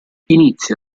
inizia